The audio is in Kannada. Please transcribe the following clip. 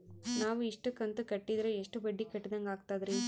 ನಾವು ಇಷ್ಟು ಕಂತು ಕಟ್ಟೀದ್ರ ಎಷ್ಟು ಬಡ್ಡೀ ಕಟ್ಟಿದಂಗಾಗ್ತದ್ರೀ?